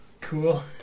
Cool